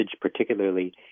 particularly